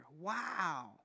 Wow